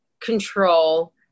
control